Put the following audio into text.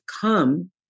come